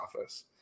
office